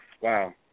wow